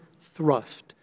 thrust